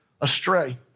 astray